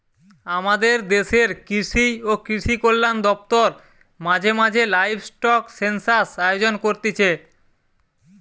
আমদের দেশের কৃষি ও কৃষিকল্যান দপ্তর মাঝে মাঝে লাইভস্টক সেনসাস আয়োজন করতিছে